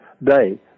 day